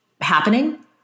happening